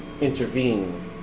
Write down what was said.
intervene